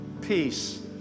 Peace